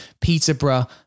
Peterborough